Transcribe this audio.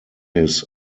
his